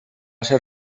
ser